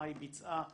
מה היא ביצעה